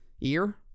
ear